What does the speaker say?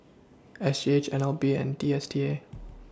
S G H N L B and D S T A